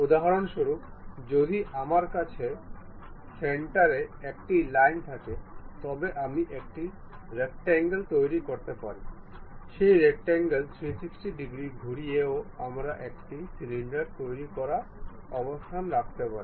উদাহরণস্বরূপ যদি আমার কাছে সেন্টারে একটি লাইন থাকে তবে আমি একটি রেকট্যাঙ্গল তৈরি করতে পারি সেই রেকট্যাঙ্গলটি 360 ডিগ্রি ঘুরিয়ে ও আমরা একটি সিলিন্ডার তৈরি করা অবস্থানে রাখতে পারি